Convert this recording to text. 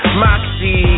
moxie